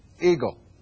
eagle